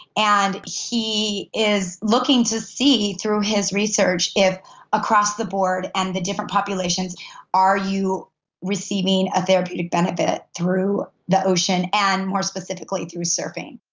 and he is looking to see through his research if across the board and the different populations are you receiving a therapeutic benefit through the ocean and, more specifically, through surfing.